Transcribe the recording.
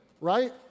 right